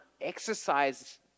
exercise